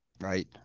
Right